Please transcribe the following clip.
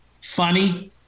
funny